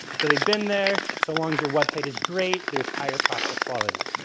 so they've been there so long as your website is great there's higher prospect quality.